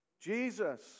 Jesus